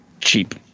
cheap